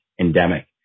endemic